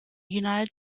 united